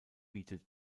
bietet